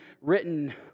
written